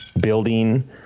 Building